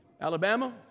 Alabama